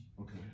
Okay